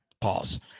pause